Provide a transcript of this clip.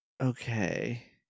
Okay